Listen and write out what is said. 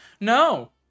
No